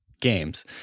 games